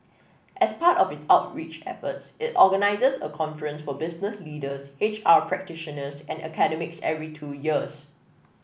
as part of its outreach efforts it organises a conference for business leaders H R practitioners and academics every two years